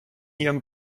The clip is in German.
ihrem